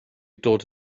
dod